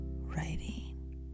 writing